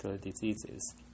diseases